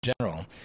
general